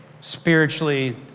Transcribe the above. spiritually